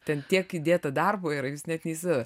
ten tiek įdėta darbo yra jūs net neįsivaizduojat